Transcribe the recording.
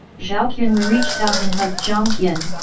zhao qianru reached out and hugged jiang tian,